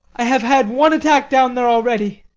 i have had one attack down there already.